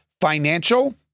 financial